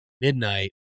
midnight